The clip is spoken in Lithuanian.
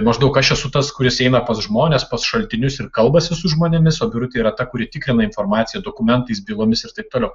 maždaug aš esu tas kuris eina pas žmones pas šaltinius ir kalbasi su žmonėmis o birutė yra ta kuri tikrina informaciją dokumentais bylomis ir taip toliau